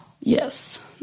Yes